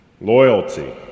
loyalty